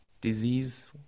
disease